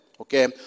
Okay